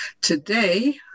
today